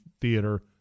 theater